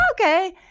okay